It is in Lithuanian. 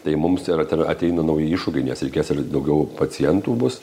tai mums ir ateina nauji iššūkiai nes reikės ir daugiau pacientų bus